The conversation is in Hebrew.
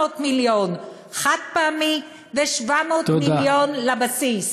300 מיליון חד-פעמי ו-700 מיליון לבסיס.